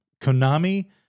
Konami